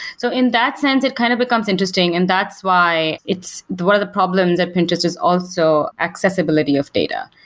so in that sense it kind of becomes interesting, and that's why it's one of the problems at pinterest is also accessibility of data,